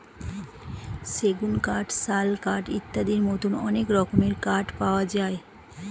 সেগুন কাঠ, শাল কাঠ ইত্যাদির মতো অনেক রকমের কাঠ পাওয়া যায়